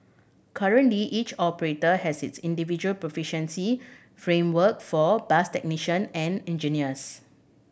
currently each operator has its individual proficiency framework for bus technician and engineers